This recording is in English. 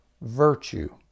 virtue